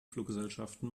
fluggesellschaften